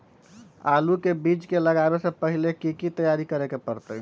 आलू के बीज के लगाबे से पहिले की की तैयारी करे के परतई?